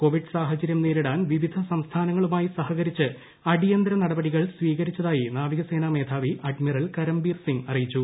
Covid സാഹചര്യം നേരിടാൻ വിവിധ സംസ്ഥാനങ്ങളുമായി സഹകരിച്ച് അടിയന്തര നടപടികൾ സ്വീകരിച്ചതായി നാവികസേനാ മേധാവി അഡ്മിറൽ കരംബീർ സിംഗ് അറിയിച്ചു